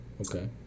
okay